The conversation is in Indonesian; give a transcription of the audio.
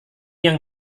yang